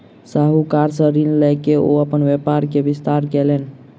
साहूकार सॅ ऋण लय के ओ अपन व्यापार के विस्तार कयलैन